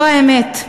זו האמת.